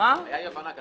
הייתה אי הבנה.